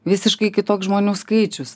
visiškai kitoks žmonių skaičius